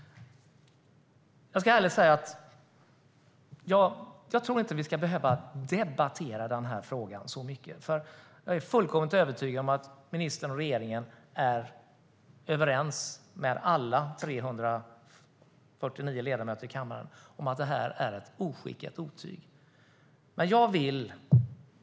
Jag ska ärligt säga att jag inte tror att vi ska behöva debattera den här frågan så mycket, för jag är fullkomligt övertygad om att ministern och regeringen är överens med alla 349 ledamöter i kammaren om att detta är ett oskick, ett otyg.